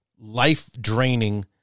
life-draining